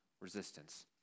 resistance